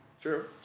True